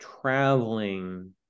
traveling